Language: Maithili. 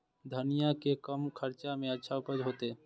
धनिया के कम खर्चा में अच्छा उपज होते?